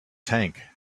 tank